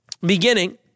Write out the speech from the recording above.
beginning